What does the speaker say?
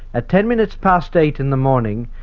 at ten minutes past eight in the morning,